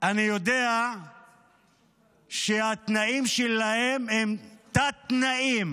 אני יודע שהתנאים שלהם הם תת-תנאים